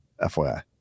FYI